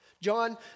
John